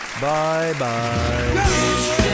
bye-bye